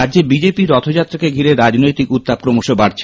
রাজ্যে বিজেপি র রথযাত্রাকে ঘিরে রাজনৈতিক উত্তাপ ক্রমশ বাড়ছে